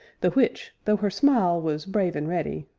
the which, though her smile was brave and ready,